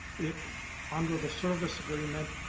under the service agreement,